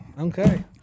Okay